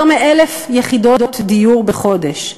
יותר מ-1,000 יחידות דיור בחודש.